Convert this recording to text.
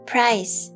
Price